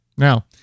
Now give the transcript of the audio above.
Now